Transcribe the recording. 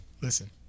Listen